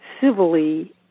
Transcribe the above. civilly